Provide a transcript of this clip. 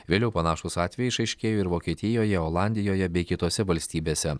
vėliau panašūs atvejai išaiškėjo ir vokietijoje olandijoje bei kitose valstybėse